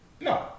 No